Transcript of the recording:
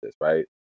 right